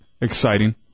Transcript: exciting